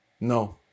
No